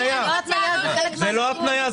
זה לא התניה.